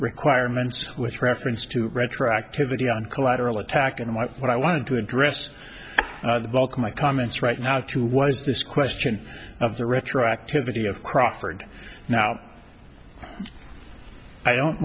requirements with reference to retro activity on collateral attack and what i wanted to address the bulk of my comments right now too was this question of the retroactivity of crawford now i don't